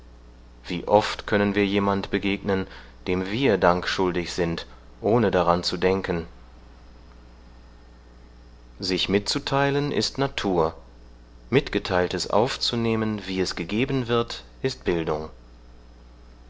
wie oft können wir jemand begegnen dem wir dank schuldig sind ohne daran zu denken sich mitzuteilen ist natur mitgeteiltes aufzunehmen wie es gegeben wird ist bildung